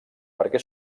perquè